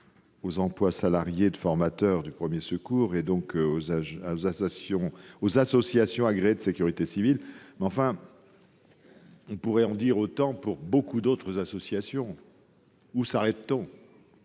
les emplois salariés de formateur aux premiers secours, donc pour les associations agréées de sécurité civile. Mais enfin, on pourrait en dire autant pour beaucoup d'autres associations ! Où s'arrêtera-t-on ?